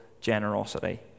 generosity